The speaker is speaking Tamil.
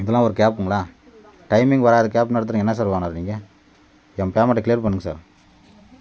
இதெல்லாம் ஒரு கேபுங்களா டைமிங் வராது கேப் நடத்துறீங்க நீங்கள் என்ன சார் ஓனர் நீங்கள் என் பேமெண்ட்டை கிளீயர் பண்ணுங்கள் சார்